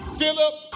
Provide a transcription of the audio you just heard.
Philip